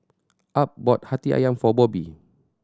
Ab bought Hati Ayam for Bobby